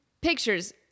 Pictures